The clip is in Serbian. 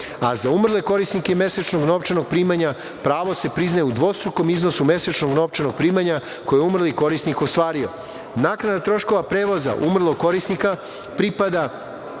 a za umrle korisnike mesečnog novčanog primanja, pravo se priznaje u dvostrukom iznosu mesečnog novčanog primanja koje je umrli korisnik ostvario. Naknada troškova prevoza umrlog korisnika pripada